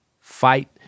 fight